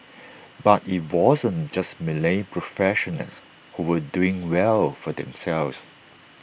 but IT wasn't just Malay professionals who were doing well for themselves